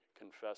confess